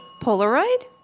Polaroid